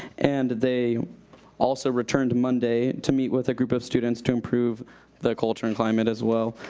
and they also returned monday to meet with a group of students to improve the culture and climate as well.